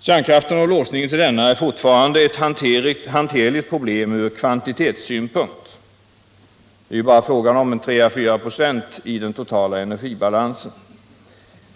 Kärnkraften och låsningen till denna är fortfarande ett hanterligt problem ur kvantitetssynpunkt. Det är ju bara fråga om 3 å 4 96 av den totala energibalansen.